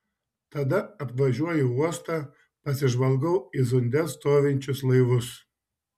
tada apvažiuoju uostą pasižvalgau į zunde stovinčius laivus